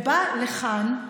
בא לכאן,